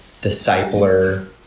discipler